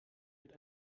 mit